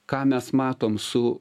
ką mes matom su